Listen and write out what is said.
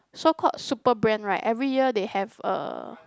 so called super brand right every year they have a